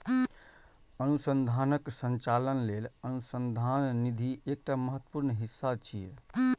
अनुसंधानक संचालन लेल अनुसंधान निधि एकटा महत्वपूर्ण हिस्सा छियै